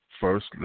First